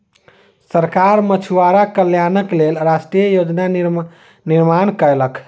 सरकार मछुआरा कल्याणक लेल राष्ट्रीय योजना निर्माण कयलक